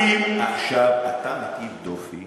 האם עכשיו אתה מטיל דופי